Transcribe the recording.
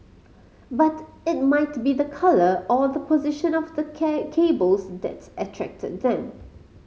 but it might be the colour or the position of the cables that's attracted them